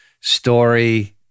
story